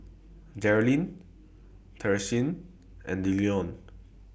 Jerilyn Tishie and Dillon